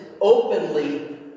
openly